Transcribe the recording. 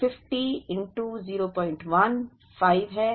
तो 50 01 5 है